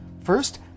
First